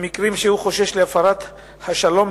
במקרים שהוא חושש להפרת השלום,